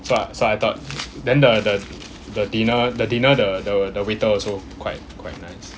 so so I thought then the the the dinner the dinner the the the waiter also quite quite nice